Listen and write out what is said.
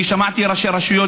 שמעתי ראשי רשויות,